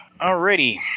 Alrighty